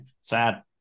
sad